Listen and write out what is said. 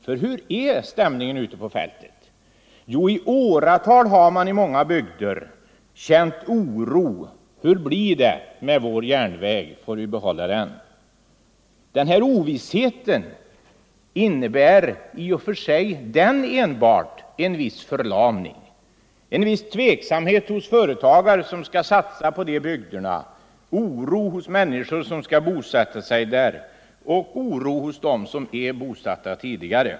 Hurudan är stämningen ute på fältet? Jo, i åratal har man känt oro och frågat: Hur blir det med vår järnväg? Får vi behålla den? Enbart denna ovisshet innebär i sig en viss förlamning, en tveksamhet hos företagare som skall satsa på dessa bygder, en oro hos människor som skall bosätta sig där och hos dem som är bosatta där tidigare.